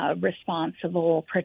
responsible